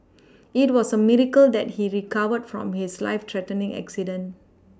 it was a miracle that he recovered from his life threatening accident